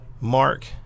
Mark